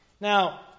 Now